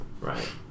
Right